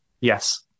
Yes